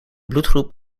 bloedgroep